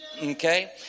Okay